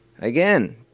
Again